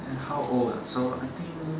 and how old ah so I think